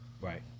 Right